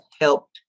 helped